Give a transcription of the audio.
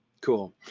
cool